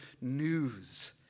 news